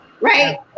Right